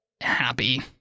happy